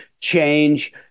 change